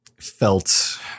felt